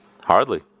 Hardly